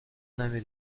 نمی